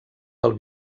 del